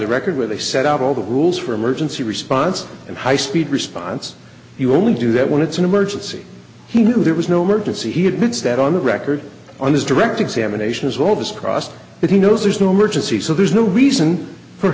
the record with a set of all the rules for emergency response and high speed response you only do that when it's an emergency he knew there was no merge and so he admits that on the record on his direct examination is all this crossed but he knows there's no emergency so there's no reason for